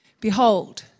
Behold